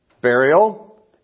Burial